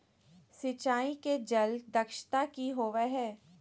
सिंचाई के जल दक्षता कि होवय हैय?